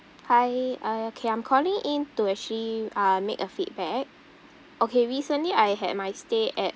hi uh okay I'm calling in to actually uh make a feedback okay recently I had my stay at